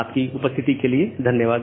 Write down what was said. आपकी उपस्थिति के लिए धन्यवाद